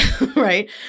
right